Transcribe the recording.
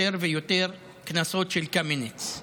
יותר ויותר קנסות של קמיניץ.